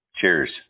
Cheers